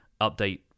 update